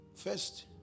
First